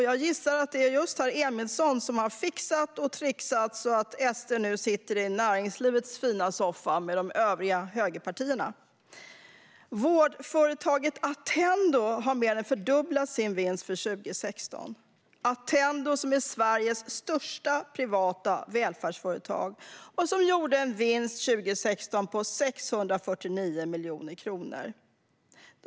Jag gissar att det är just herr Emilsson som har fixat och trixat så att Sverigedemokraterna nu sitter i näringslivets fina soffa med de övriga högerpartierna. Vårdföretaget Attendo har mer än fördubblat sin vinst för 2016. Attendo är Sveriges största privata välfärdsföretag och gjorde 2016 en vinst på 649 miljoner kronor.